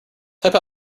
type